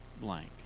blank